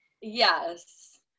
yes